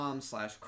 slash